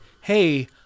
hey